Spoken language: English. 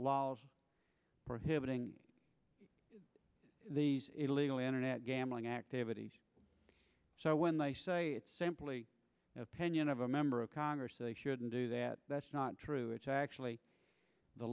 laws prohibiting the illegal internet gambling activities so when they say it's simply opinion of a member of congress they shouldn't do that that's not true it's actually the